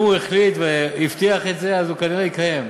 אם הוא החליט והבטיח את זה, אז הוא כנראה יקיים.